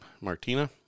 Martina